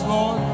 Lord